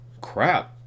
crap